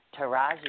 Taraji